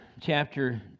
chapter